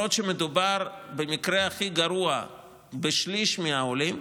למרות שבמקרה הכי גרוע מדובר בשליש מהעולים,